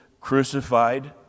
crucified